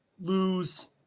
lose